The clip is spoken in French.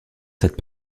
cette